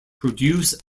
produce